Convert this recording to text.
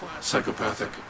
psychopathic